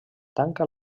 tanca